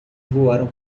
voaram